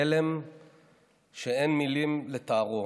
הלם שאין מילים לתארו.